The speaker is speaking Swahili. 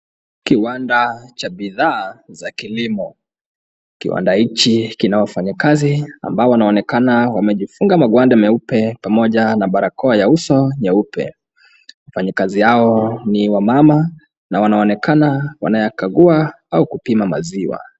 Kiwanda cha bidhaa za kilimo. Kiwanda hichi kina wafanyikazi ambao wanaonekana wamejifunga magwanda meupe pamoja na barakoa ya uso nyeupe. Wafanyikazi hawa ni wamama na wanaonekana wanayakagua au kupima maziwa.